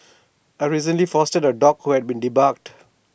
I recently fostered A dog who had been debarked